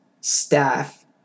staff